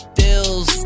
dills